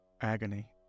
agony